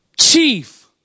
chief